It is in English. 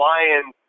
Lions